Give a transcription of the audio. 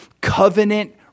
covenant